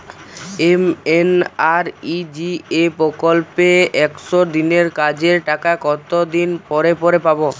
MNREGA প্রকল্পে একশ দিনের কাজের টাকা কতদিন পরে পরে পাব?